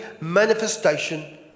manifestation